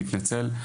אז אני מתנצל.